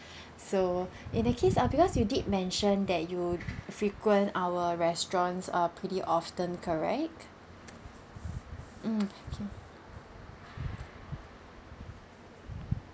so in that case uh because you did mentioned that you frequent our restaurants uh pretty often correct mm okay